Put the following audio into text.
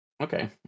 Okay